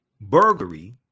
burglary